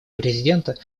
президента